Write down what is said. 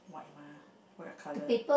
white mah what your color